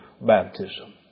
baptism